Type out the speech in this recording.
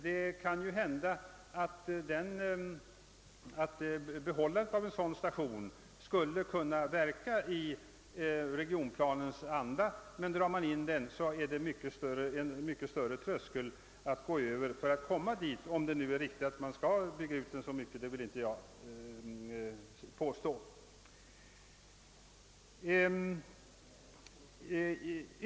Det kan hända att ett bibehållande av stationen skulle kunna verka i regionplanens anda. Dras stationen däremot in blir det en hög tröskel att stiga över, om det skall ske en så kraftig utbyggnad att invånarantalet blir 25000 å 75000 personer. Jag vill därmed inte ha sagt att det är riktigt att göra en sådan utbyggnad.